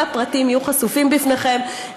כל הפרטים יהיו חשופים לפניכם,